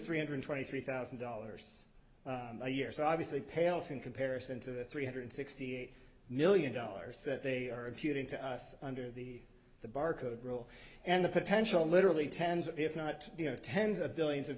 three hundred twenty three thousand dollars a year so obviously pales in comparison to the three hundred sixty eight million dollars that they are puting to us under the the bar code rule and the potential literally tens if not you know tens of billions of